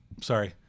sorry